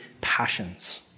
passions